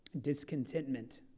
discontentment